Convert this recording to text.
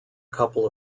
couple